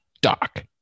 Doc